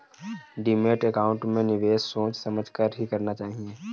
demat account में निवेश सोच समझ कर ही करना चाहिए